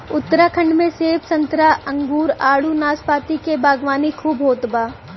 उत्तराखंड में सेब संतरा अंगूर आडू नाशपाती के बागवानी खूब होत बा